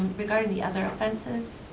regarding the other offenses,